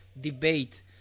debate